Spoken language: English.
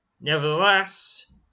nevertheless